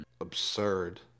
absurd